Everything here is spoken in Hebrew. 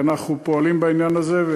אנחנו פועלים בעניין הזה,